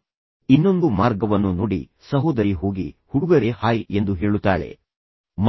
ಅದನ್ನು ಬದಲಾಯಿಸಬಹುದಾದ ಇನ್ನೊಂದು ಮಾರ್ಗವನ್ನು ನೋಡಿ ಸಹೋದರಿ ಹೋಗಿ ಹುಡುಗರೇ ಹಾಯ್ ಎಂದು ಹೇಳುತ್ತಾಳೆ